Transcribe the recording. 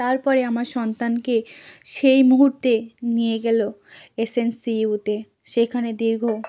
তারপরে আমার সন্তানকে সেই মুহূর্তে নিয়ে গেলো এস এন সি ইউতে সেখানে দীর্ঘ